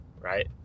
right